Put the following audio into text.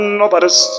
nobody's